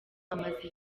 amaze